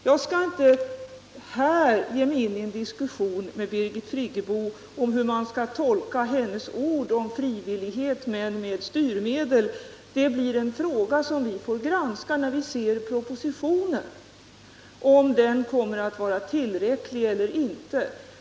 Jag skall inte här ge mig in i en diskussion med Birgit Friggebo om hur man skall tolka hennes ord om ”Tfrivillighet men med styrmedel” — det är en fråga som vi får granska närmare när propositionen kommer, och då får vi se om förslagen är tillräckliga eller inte.